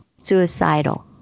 suicidal